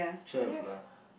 twelve lah